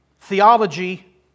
Theology